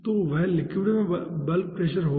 तो वह लिक्विड में बल्क प्रेशर होगा